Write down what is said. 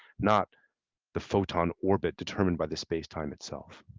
not the photon orbit determined by the space time itself.